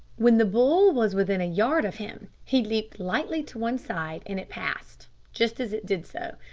when the bull was within a yard of him he leaped lightly to one side and it passed. just as it did so,